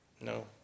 No